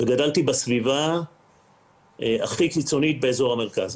גדלתי בסביבה הכי קיצונית באזור המרכז.